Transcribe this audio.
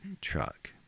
truck